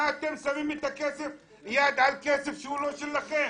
מה אתם שמים את היד על כסף שהוא לא שלכם?